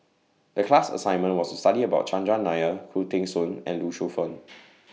The class assignment was to study about Chandran Nair Khoo Teng Soon and Lee Shu Fen